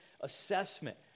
assessment